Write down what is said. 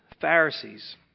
Pharisees